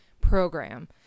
program